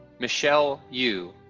michelle yu,